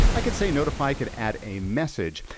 i could say notify, could add a message.